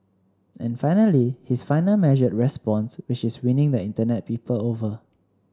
and finally his final measured response which is winning the internet people over